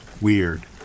weird